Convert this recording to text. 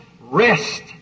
rest